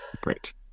Great